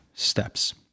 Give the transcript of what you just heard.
steps